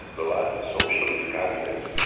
the last socialist cabinet,